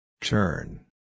Turn